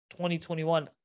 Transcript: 2021